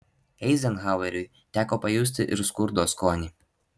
eizenhaueriui teko pajusti ir skurdo skonį